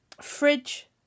fridge